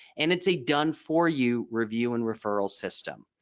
and it's a done for you review and referral system.